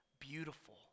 beautiful